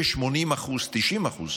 כ-80%, 90%